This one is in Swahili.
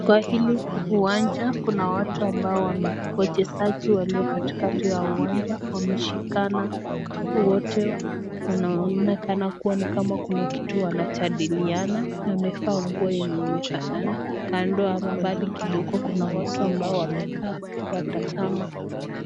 Kwa hili uwanja Kuna watu ambao, wachezaji waliokatikati ya uwanja wameshikana wote wanaonekana kuwa Kuna kitu wanajadiliana na wamevaa nguo enye imefanana. Kando ama mbali kidogo Kuna watu ambao wameka Wana watazama.